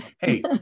Hey